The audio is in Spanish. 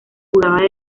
jugaba